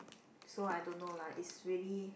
so I don't know lah is really